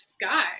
guy